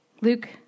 Luke